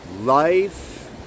life